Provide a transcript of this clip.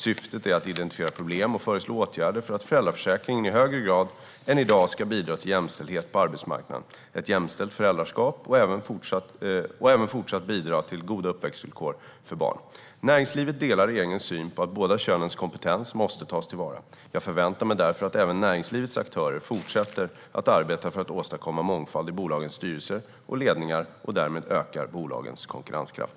Syftet är att identifiera problem och föreslå åtgärder för att föräldraförsäkringen i högre grad än i dag ska bidra till jämställdhet på arbetsmarknaden, ett jämställt föräldraskap och även fortsatt bidra till goda uppväxtvillkor för barn. Näringslivet delar regeringens syn att båda könens kompetens måste tas till vara. Jag förväntar mig därför att även näringslivets aktörer fortsätter att arbeta för att åstadkomma mångfald i bolagens styrelser och ledningar och därmed öka bolagens konkurrenskraft.